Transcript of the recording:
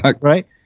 Right